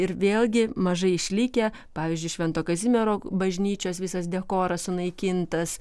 ir vėlgi mažai išlikę pavyzdžiui švento kazimiero bažnyčios visas dekoras sunaikintas